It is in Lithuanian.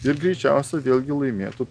ir greičiausiai vėlgi laimėtų